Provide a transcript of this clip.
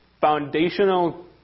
foundational